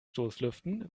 stoßlüften